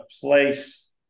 place